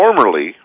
formerly